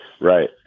Right